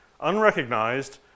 unrecognized